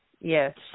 Yes